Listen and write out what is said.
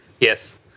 Yes